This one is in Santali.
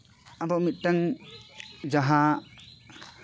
ᱟᱫᱚ ᱢᱤᱫᱴᱟᱝ ᱡᱟᱦᱟᱸ